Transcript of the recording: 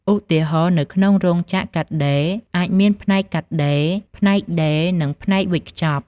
ឧទាហរណ៍ នៅក្នុងរោងចក្រកាត់ដេរ អាចមានផ្នែកកាត់ ផ្នែកដេរ និងផ្នែកវេចខ្ចប់។